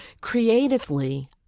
Creatively